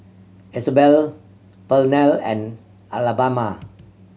Isabel Pernell and Alabama